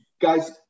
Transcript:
guys